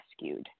rescued